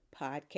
podcast